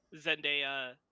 Zendaya